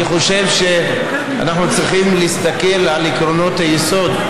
אני חושב שאנחנו צריכים להסתכל על עקרונות היסוד,